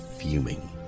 fuming